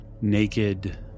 naked